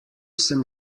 sem